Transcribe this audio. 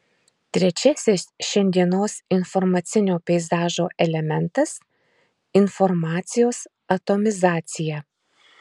trečiasis šiandienos informacinio peizažo elementas informacijos atomizacija